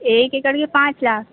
एक एकड़ के पाँच लाख